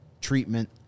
treatment